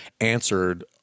answered